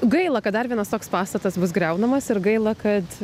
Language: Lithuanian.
gaila kad dar vienas toks pastatas bus griaunamas ir gaila kad